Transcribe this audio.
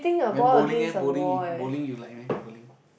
then bowling eh bowling you bowling you like meh bowling